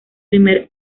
primer